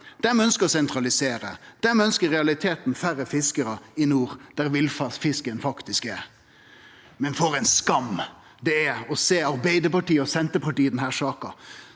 Dei ønsker å sentralisere. Dei ønsker i realiteten færre fiskarar i nord, der villfisken faktisk er. For ei skam det er å sjå Arbeidarpartiet og Senterpartiet i denne saka.